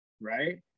right